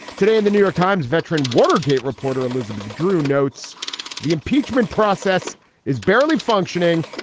today in the new york times, veteran watergate reporter elizabeth drew notes the impeachment process is barely functioning.